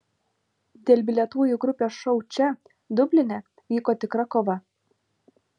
dėl bilietų į grupės šou čia dubline vyko tikra kova